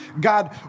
God